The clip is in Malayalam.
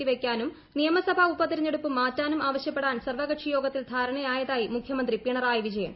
നീട്ടിവയ്ക്കാനും നിയമസഭാ ഉപതെരെഞ്ഞെടുപ്പ് മാറ്റാനും ആവശ്യപ്പെടാൻ സർവകക്ഷി യോഗത്തിൽ ധാരണയായതായി മുഖ്യമന്ത്രി ്പിണറായി വിജയൻ